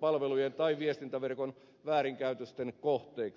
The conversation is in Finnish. palvelujen tai viestintäverkon väärinkäytösten kohteeksi